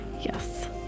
Yes